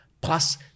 plus